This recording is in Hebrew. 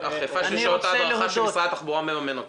אכיפה של שעות ההדרכה שמשרד התחבורה מממן אותם.